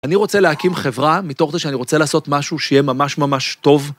‫אני רוצה להקים חברה מתוך זה ‫שאני רוצה לעשות משהו שיהיה ממש ממש טוב.